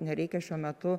nereikia šiuo metu